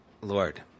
Lord